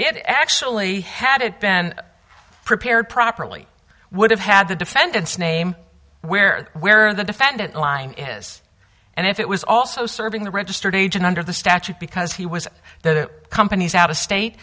it actually had been prepared properly would have had the defendant's name where where the defendant line is and if it was also serving the registered agent under the statute because he was the company's out of state